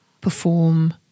perform